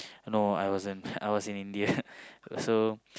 no I was in I was in India